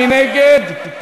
מי נגד?